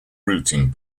routing